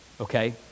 okay